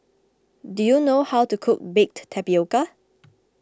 do you know how to cook Baked Tapioca